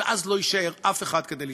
ואז לא יישאר אף אחד כדי לשמור.